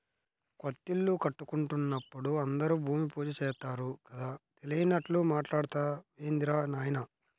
కొత్తిల్లు కట్టుకుంటున్నప్పుడు అందరూ భూమి పూజ చేత్తారు కదా, తెలియనట్లు మాట్టాడతావేందిరా నాయనా